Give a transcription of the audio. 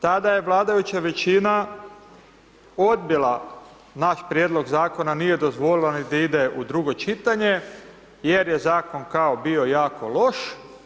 Tada je vladajuća većina odbila naš prijedlog Zakona, nije dozvolila ni da ide u drugo čitanje jer je Zakon, kao bio jako loš.